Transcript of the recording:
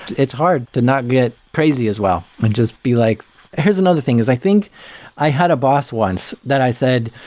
it's hard to not get crazy as well and just be like here's another thing, is i think i had a boss once that i said,